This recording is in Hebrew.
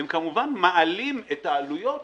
כמובן שהם מעלים את העלויות